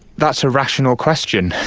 that's a rational question.